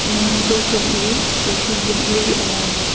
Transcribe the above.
مےٚ ؤنۍتو تُہی تۄہہِ چھُو یِہوٚے